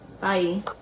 bye